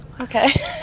Okay